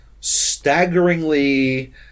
Staggeringly